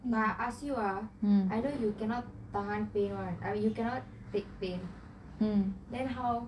I ask you ah either you cannot tahan pain [one] I mean you cannot take pain then how